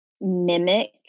mimic